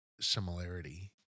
similarity